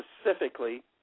specifically